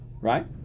right